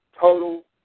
total